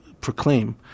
proclaim